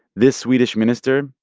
this swedish minister,